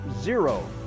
zero